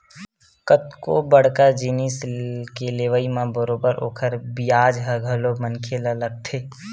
कतको बड़का जिनिस के लेवई म बरोबर ओखर बियाज ह घलो मनखे ल लगथे